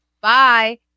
bye